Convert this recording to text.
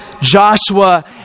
Joshua